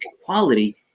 equality